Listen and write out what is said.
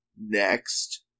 next